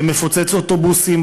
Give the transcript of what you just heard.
שמפוצץ אוטובוסים,